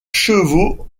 chevaux